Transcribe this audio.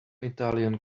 italian